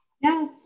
Yes